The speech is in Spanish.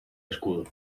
escudo